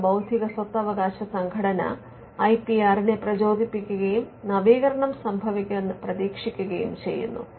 ലോക ബൌദ്ധിക സ്വത്തവകാശ സംഘടന World Intellectual Property Organization ഐ പി ആറിനെ പ്രചോദിപ്പിക്കുകയും നവീകരണം സംഭവിക്കുമെന്ന് പ്രതീക്ഷിക്കുകയും ചെയ്യുന്നു